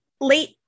late